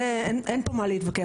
זה אין פה מה להתווכח.